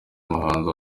muhando